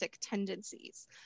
tendencies